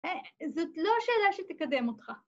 ‫זאת לא שאלה שתקדם אותך.